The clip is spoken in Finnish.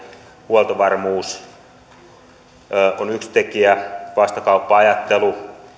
huoltovarmuus on yksi tekijä vastakauppa ajattelu